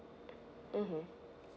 mmhmm